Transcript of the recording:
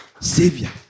Savior